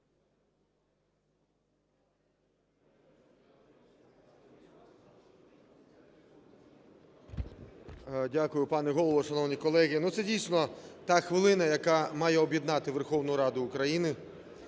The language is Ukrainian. Дякую, пане Голово. Шановні колеги, ну, це дійсно та хвилина, яка має об'єднати Верховну Раду України,